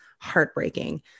heartbreaking